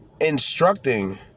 instructing